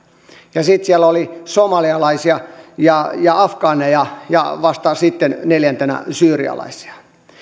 sitten siellä oli somalialaisia ja ja afgaaneja ja vasta sitten neljäntenä syyrialaisia